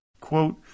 quote